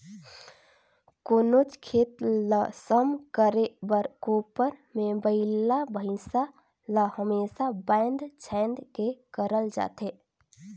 कोनोच खेत ल सम करे बर कोपर मे बइला भइसा ल हमेसा बाएध छाएद के करल जाथे